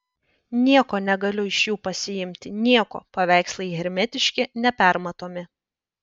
nieko negaliu iš jų pasiimti nieko paveikslai hermetiški nepermatomi